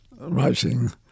writing